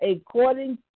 according